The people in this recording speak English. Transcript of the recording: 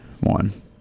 one